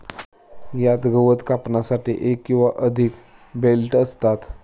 यात गवत कापण्यासाठी एक किंवा अधिक ब्लेड असतात